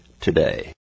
today